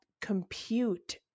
compute